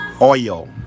oil